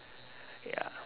ya